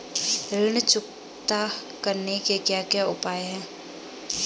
ऋण चुकता करने के क्या क्या उपाय हैं?